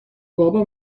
بابا